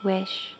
Wish